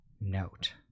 Note